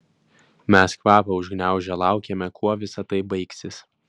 mes kvapą užgniaužę laukėme kuo visa tai baigsis